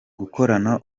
gukorana